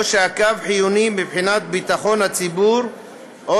או שהקו חיוני מבחינת ביטחון הציבור או